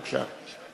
בבקשה.